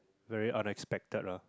very unexpected ah